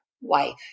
wife